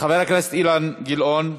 חבר הכנסת אילן גילאון.